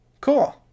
Cool